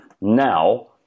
now